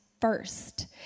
first